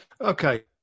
Okay